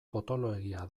potoloegia